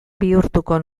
bihurtuko